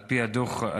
על פי הדוח הלאומי